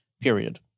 period